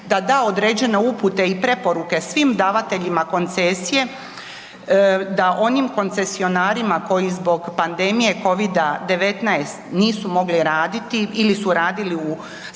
da da određene upute i preporuke svim davateljima koncesije da onim koncesionarima koji zbog panedmije COVID-19 nisu mogli raditi ili su radili u smanjenom